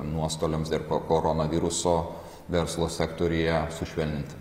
nuostoliams dėl koronaviruso verslo sektoriuje sušvelninti